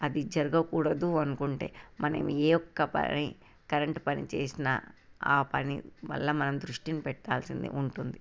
అది జరగకూడదు అనుకుంటే మనం ఏ ఒక్క పని కరెంటు పని చేసినా ఆ పని వల్ల మనం దృష్టిని పెట్టాల్సింది ఉంటుంది